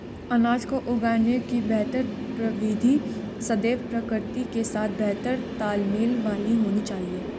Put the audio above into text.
अनाज को उगाने की बेहतर प्रविधि सदैव प्रकृति के साथ बेहतर तालमेल वाली होनी चाहिए